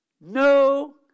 No